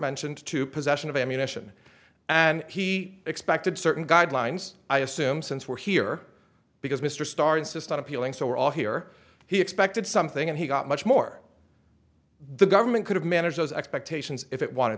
mentioned to possession of ammunition and he expected certain guidelines i assume since we're here because mr starr insisted appealing so we're all here he expected something and he got much more the government could have managed those expectations if it